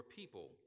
people